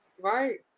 right